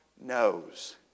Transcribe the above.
knows